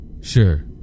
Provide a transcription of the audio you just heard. Sure